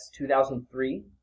2003